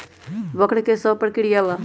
वक्र कि शव प्रकिया वा?